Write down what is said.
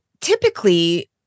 typically